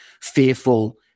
fearful